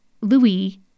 Louis